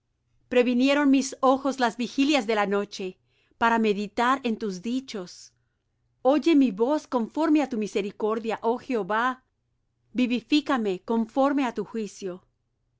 previnieron mis ojos las vigilias de la noche para meditar en tus dichos oye mi voz conforme á tu misericordia oh jehová vivifícame conforme á tu juicio